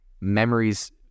memories